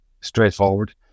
straightforward